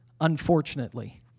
unfortunately